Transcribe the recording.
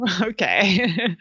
Okay